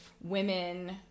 women